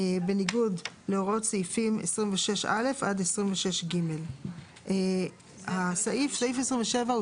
בניגוד להוראות סעיפים 26א עד 26ג. סעיף 27 הוא